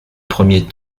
premiers